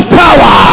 power